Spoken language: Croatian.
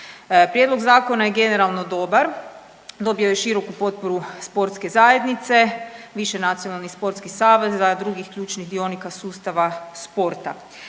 Prijedlog zakona je generalno dobar, dobio je široku potporu sportske zajednice, višenacionalnih sportskih saveza, drugih ključnih dionika sustava sporta.